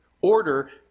order